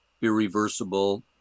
irreversible